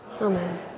Amen